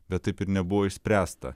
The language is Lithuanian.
bet taip ir nebuvo išspręsta